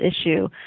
issue